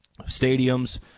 stadiums